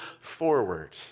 forward